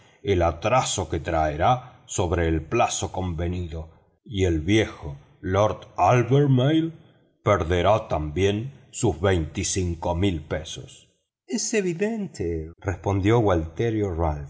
el atraso que traerá sobre el plazo convenido y el viejo lord albermale perderá también sus cinco mil libras es evidente respondió gualterio